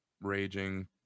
raging